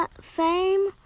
fame